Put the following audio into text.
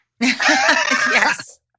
Yes